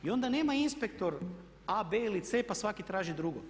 I onda nema inspektor a, b ili c pa svaki traži drugo.